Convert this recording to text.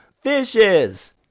Fishes